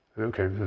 Okay